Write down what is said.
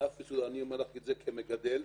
אני אומר לך כמגדל,